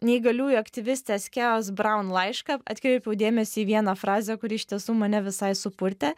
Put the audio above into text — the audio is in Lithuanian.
neįgaliųjų aktyvistės kėjos braun laišką atkreipiau dėmesį į vieną frazę kuri iš tiesų mane visai supurtė